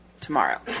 tomorrow